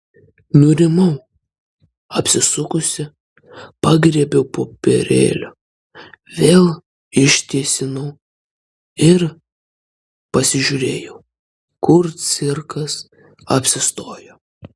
nurimau apsisukusi pagriebiau popierėlį vėl ištiesinau ir pasižiūrėjau kur cirkas apsistojo